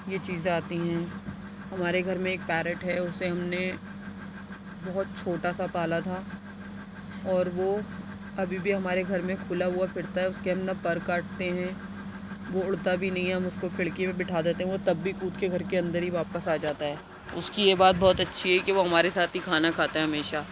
یہ چیز آتی ہیں ہمارے گھر میں ایک پیرٹ ہے اُسے ہم نے بہت چھوٹا سا پالا تھا اور وہ ابھی بھی ہمارے گھر میں کُھلا ہُوا پھرتا ہے اُس کے ہم نہ پر کاٹتے ہیں وہ اُڑتا بھی نہیں ہے ہم اُس کو کھڑکی پہ بٹھا دیتے ہیں تب بھی کود کے گھر کے اندر ہی واپس آ جاتا ہے اُس کی یہ بات بہت اچھی ہے کہ وہ ہمارے ساتھ ہی کھانا کھاتا ہے ہمیشہ